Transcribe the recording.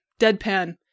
deadpan